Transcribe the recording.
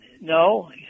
no